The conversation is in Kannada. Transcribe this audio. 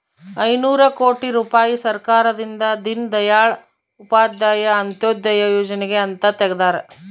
ಐನೂರ ಕೋಟಿ ರುಪಾಯಿ ಸರ್ಕಾರದಿಂದ ದೀನ್ ದಯಾಳ್ ಉಪಾಧ್ಯಾಯ ಅಂತ್ಯೋದಯ ಯೋಜನೆಗೆ ಅಂತ ತೆಗ್ದಾರ